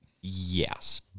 Yes